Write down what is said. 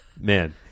Man